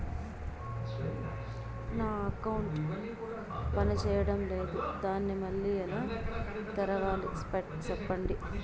నా అకౌంట్ పనిచేయడం లేదు, దాన్ని మళ్ళీ ఎలా తెరవాలి? సెప్పండి